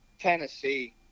Tennessee